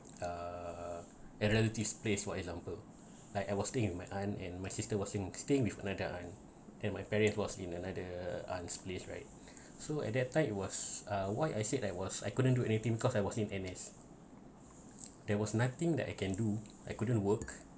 uh and relatives place for example like I was staying with my aunt and my sister was in staying with another aunt and my parents was in another aunt's place right so at that time it was uh why I said I was I couldn't do anything because I was in N_S there was nothing that I can do I couldn't work